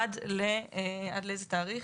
עד לאיזה תאריך?